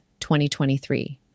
2023